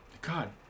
God